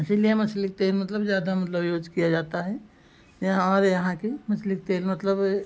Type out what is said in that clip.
इसीलिए मछली के तेल मतलब ज़्यादा मतलब यूज किया जाता है यहाँ और यहाँ के मछली के तेल मतलब ए